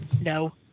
No